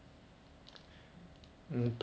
ya normally not always hyper